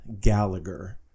Gallagher